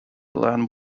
land